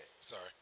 Sorry